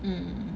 mm